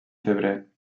febrer